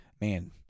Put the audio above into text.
man